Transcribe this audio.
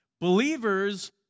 Believers